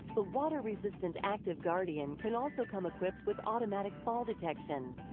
the water-resistant active guardian can also come equipped with automatic fall detection,